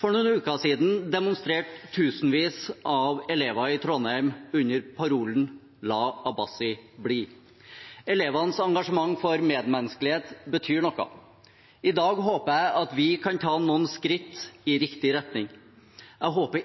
For noen uker siden demonstrerte tusenvis av elever i Trondheim under parolen: La Abbasi bli! Elevenes engasjement for medmenneskelighet betyr noe. I dag håper jeg vi kan ta noen skritt i riktig retning. Jeg håper